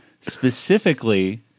Specifically